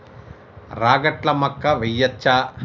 రాగట్ల మక్కా వెయ్యచ్చా?